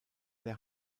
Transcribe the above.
der